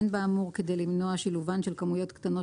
אין באמור כדי למנוע שילובן של כמויות קטנות